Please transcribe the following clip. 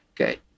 Okay